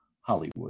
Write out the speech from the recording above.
Hollywood